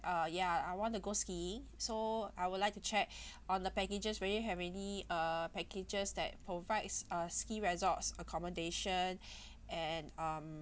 uh ya I want to go skiing so I would like to check on the packages do you have any uh packages that provides uh ski resorts accommodation and um